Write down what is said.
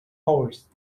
horse